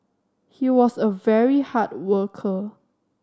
he was a very hard worker